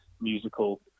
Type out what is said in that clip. musical